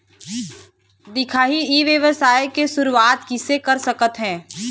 दिखाही ई व्यवसाय के शुरुआत किसे कर सकत हे?